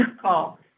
call